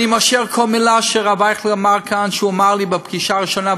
אני מאשר כל מילה שהרב אייכלר אמר כאן שהוא אמר לי בפגישה הראשונה,